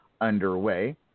underway